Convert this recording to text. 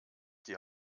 die